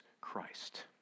Christ